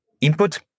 input